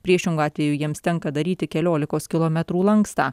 priešingu atveju jiems tenka daryti keliolikos kilometrų lankstą